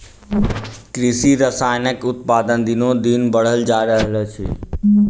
कृषि रसायनक उत्पादन दिनोदिन बढ़ले जा रहल अछि